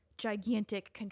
gigantic